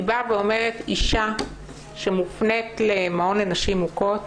היא אומרת שאישה שמופנית למעון לנשים מוכות,